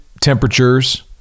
temperatures